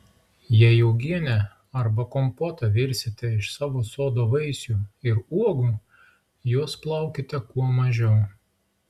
jei uogienę arba kompotą virsite iš savo sodo vaisių ir uogų juos plaukite kuo mažiau